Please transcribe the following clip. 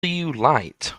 lite